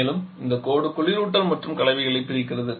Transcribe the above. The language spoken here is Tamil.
மேலும் இந்த கோடு குளிரூட்டல் மற்றும் கலவைகளை பிரிக்கிறது